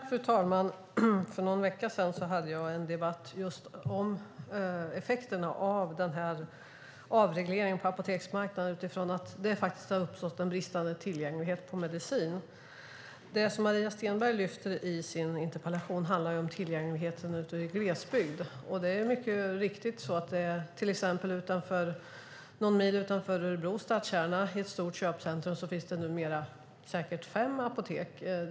Fru talman! För någon vecka sedan hade jag en debatt om just effekterna av avregleringen av apoteksmarknaden utifrån att det faktiskt har uppstått en bristande tillgänglighet på medicin. Det Maria Stenberg lyfter fram i sin interpellation är tillgängligheten i glesbygd. Det är mycket riktigt så att det till exempel någon mil utanför Örebros stadskärna, i ett stort köpcentrum, numera finns säkert fem apotek.